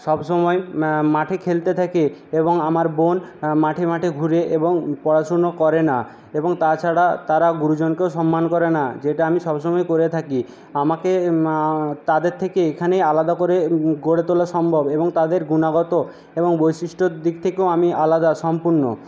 সবসময় মাঠে খেলতে থাকে এবং আমার বোন মাঠে মাঠে ঘুরে এবং পড়াশুনো করে না এবং তাছাড়াও তারা গুরুজনকেও সম্মান করে না যেটা আমি সবসময় করে থাকি আমাকে তাদের থেকে এখানে আলাদা করে গড়ে তোলা সম্ভব এবং তাদের গুনাগত এবং বৈশিষ্ট্যর দিক থেকেও আমি আলাদা সম্পূর্ণ